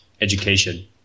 education